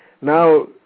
Now